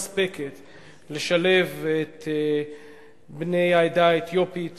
לשלב את בני העדה האתיופית